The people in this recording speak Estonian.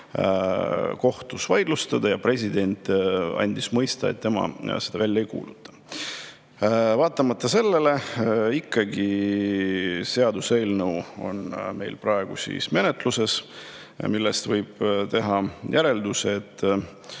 kohtus vaidlustada ja president andis mõista, et tema seda välja ei kuuluta. Vaatamata sellele on seaduseelnõu meil praegu ikkagi menetluses, millest võib teha järelduse, et